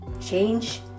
change